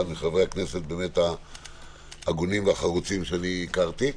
מחברי הכנסת ההגונים והחרוצים שהכרתי.